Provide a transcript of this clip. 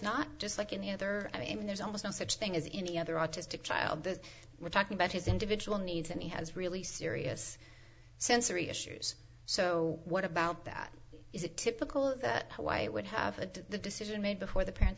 not just like any other i mean there's almost no such thing as any other autistic child that we're talking about his individual needs and he has really serious sensory issues so what about that is it typical that white would have the decision made before the parents